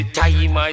time